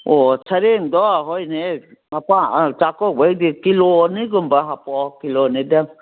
ꯑꯣ ꯁꯔꯦꯡꯗꯣ ꯍꯣꯏꯅꯦꯍꯦ ꯆꯥꯛꯀꯧꯕꯒꯤꯗꯤ ꯀꯤꯂꯣ ꯑꯅꯤꯒꯨꯝꯕ ꯍꯥꯄꯛꯑꯣ ꯀꯤꯂꯣ ꯑꯅꯤꯗꯪ